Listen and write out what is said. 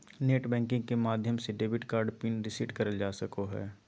net banking के माध्यम से डेबिट कार्ड पिन रीसेट करल जा सको हय